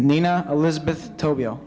nina elizabeth tokyo